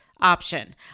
option